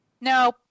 No